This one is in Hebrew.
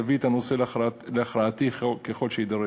יביא את הנושא להכרעתי ככל שיידרש.